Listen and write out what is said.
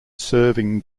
serving